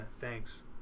thanks